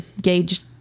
gauge